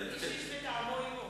איש-איש וטעמו עמו.